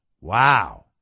Wow